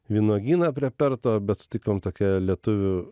vynuogyną prie perto bet sutikom tokią lietuvių